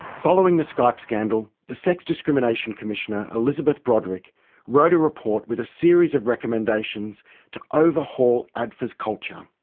following the skype scandal the sex discrimination commissioner elizabeth broderick wrote a report with a series of recommendations to overhaul adfa's culture.